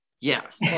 yes